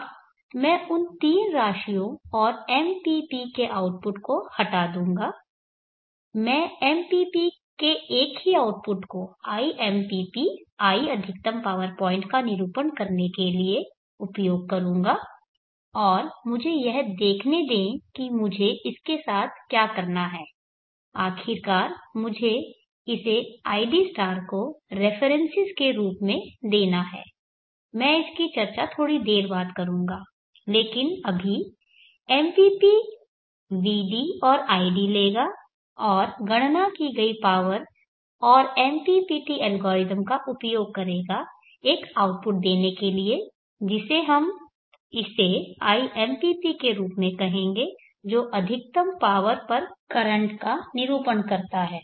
अब मैं उन तीन राशियों और MPP के आउटपुट को हटा दूंगा मैं MPP के एक ही आउटपुट को impp i अधिकतम पावर पॉइंट का निरूपण करने के लिए उपयोग करूँगा और मुझे यह देखने दें कि मुझे इसके साथ क्या करना है आखिरकार मुझे इसे id को रेफरेन्सेस के रूप में देना है मैं इसकी चर्चा थोड़ी देर बाद करूंगा लेकिन अभी MPP vd और id लेगा और गणना की गई पावर और MPPT एल्गोरिदम का उपयोग करेगा एक आउटपुट देने के लिए जिसे हम इसे impp के रूप में कहेंगे जो अधिकतम पावर पर करंट का निरूपण करता है